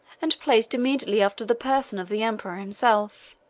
and placed immediately after the person of the emperor himself.